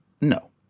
No